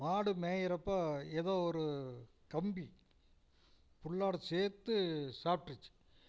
மாடு மேயிறப்போ எதோ ஒரு கம்பி புல்லோட சேர்த்து சாப்பிட்ருச்சி